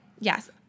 yes